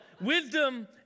wisdom